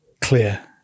clear